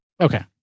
Okay